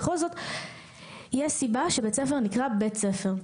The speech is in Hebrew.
בכל זאת, יש סיבה שבית ספר נקרא בית ספר.